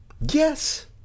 yes